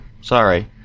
sorry